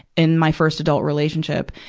in my first adult relationship.